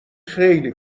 خیلی